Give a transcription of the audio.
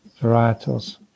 varietals